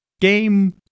game